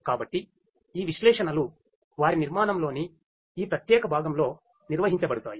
కాబట్టి ఈ విశ్లేషణలు వారి నిర్మాణంలోని ఈ ప్రత్యేక భాగంలో నిర్వహించబడతాయి